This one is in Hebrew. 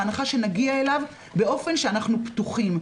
בהנחה שנגיע אליו באופן שאנחנו פתוחים.